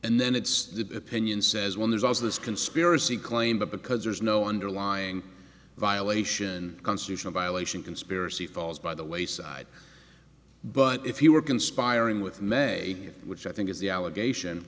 and then it's the opinion says when there's also this conspiracy claim because there's no underlying violation constitutional violation conspiracy falls by the wayside but if you were conspiring with may which i think is the allegation